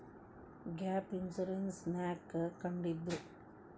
Gap insurance ನ್ಯಾಕ್ ಕಂಢಿಡ್ದ್ರು?